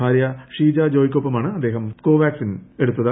ഭാര്യ ഷീജ ജോയ്ക്കൊപ്പമാണ് അദ്ദേഹം കോവാക്സിൻ എടുത്തത്